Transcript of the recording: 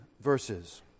verses